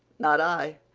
not i.